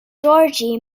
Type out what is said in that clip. georgi